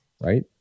right